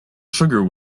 sugar